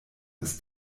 ist